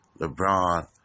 LeBron